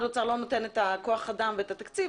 האוצר לא נותן את כוח האדם ואת התקציב,